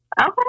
Okay